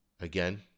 Again